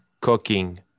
cooking